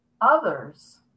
others